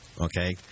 okay